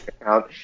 account